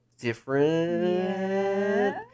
different